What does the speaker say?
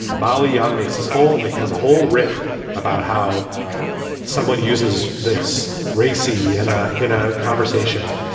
molly young makes us whole like has a whole riff about how someone uses this racey in ah in a conversation.